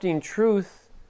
truth